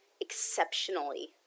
exceptionally